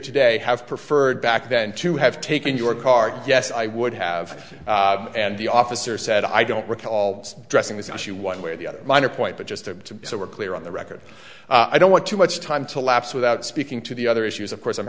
today have preferred back then to have taken your card yes i would have and the officer said i don't recall dressing this issue one way or the other minor point but just to so we're clear on the record i don't want too much time to lapse without speaking to the other issues of course i'm